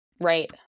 Right